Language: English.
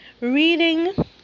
Reading